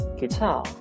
Guitar